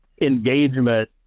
engagement